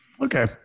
Okay